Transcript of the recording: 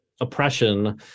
oppression